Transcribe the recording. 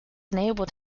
enabled